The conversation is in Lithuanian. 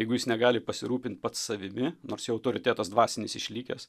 jeigu jis negali pasirūpint pats savimi nors jo autoritetas dvasinis išlikęs